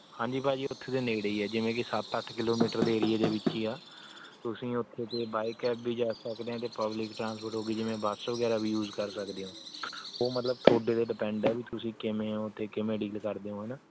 ਹਾਂਜੀ ਭਾਅ ਜੀ ਉੱਥੇ 'ਤੇ ਨੇੜੇ ਹੀ ਹੈ ਜਿਵੇਂ ਕਿ ਸੱਤ ਅੱਠ ਕਿਲੋਮੀਟਰ ਦੇ ਏਰੀਏ ਦੇ ਵਿੱਚ ਹੀ ਹੈ ਤੁਸੀਂ ਉੱਥੇ 'ਤੇ ਬਾਏ ਕੈਬ ਵੀ ਜਾ ਸਕਦੇ ਹੋ ਅਤੇ ਪਬਲਿਕ ਟਰਾਂਸਪੋਰਟ ਹੋ ਗਈ ਜਿਵੇਂ ਬੱਸ ਵਗੈਰਾ ਵੀ ਯੂਜ਼ ਕਰ ਸਕਦੇ ਹੋ ਉਹ ਮਤਲਬ ਤੁਹਾਡੇ 'ਤੇ ਡਿਪੈਂਡ ਹੈ ਵੀ ਤੁਸੀਂ ਕਿਵੇਂ ਹੋ ਅਤੇ ਕਿਵੇਂ ਡੀਲ ਕਰਦੇ ਹੋ ਹੈ ਨਾ